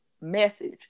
message